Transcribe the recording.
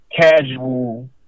casual